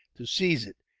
to seize it.